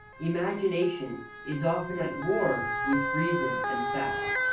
imagination is often at war with reason and fact.